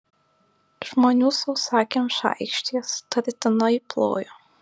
žmonių sausakimša aikštė sutartinai plojo